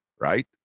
Right